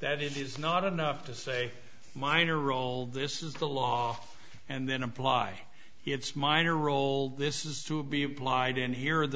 that it is not enough to say minor role this is the law and then apply its minor role this is to be applied in here